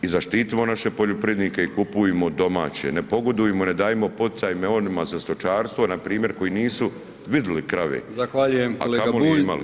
I zaštitimo naše poljoprivrednike i kupujmo domaće, ne pogodujmo, ne dajmo poticaje onima za stočarstvo npr. koji nisu vidli krave [[Upadica: Zahvaljujem kolega Bulj.]] a kamoli imali.